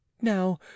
now